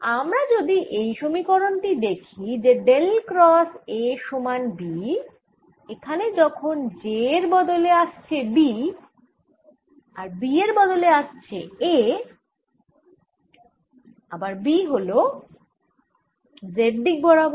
আমরা যদি এই সমীকরণ টি দেখি যে ডেল ক্রস A সমান B এখানে এখন j এর বদলে আসছে B আর B এর বদলে আসছে A আবার B হল z দিক বরাবর